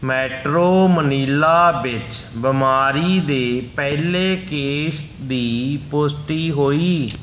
metro Manila ਵਿੱਚ ਬਿਮਾਰੀ ਦੇ ਪਹਿਲੇ ਕੇਸ ਦੀ ਪੁਸ਼ਟੀ ਹੋਈ